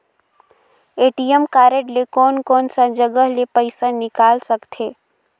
ATM card ले कोन कोन सा जगह ले पइसा निकाल सकथे?